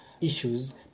issues